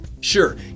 Sure